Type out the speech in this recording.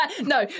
No